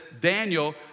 Daniel